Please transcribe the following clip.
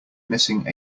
missing